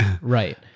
right